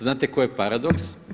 Znate koji je paradoks?